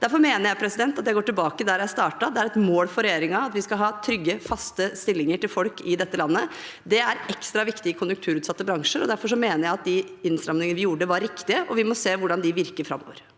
Derfor mener jeg – og det går tilbake til der jeg startet – at det er et mål for regjeringen at vi skal ha trygge, faste stillinger til folk i dette landet. Det er ekstra viktig i konjunkturutsatte bransjer, og derfor mener jeg at de innstramningene vi gjorde, var riktige, og vi må se hvordan de virker framover.